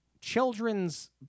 children's